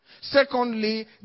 Secondly